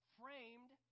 framed